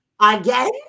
again